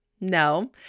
no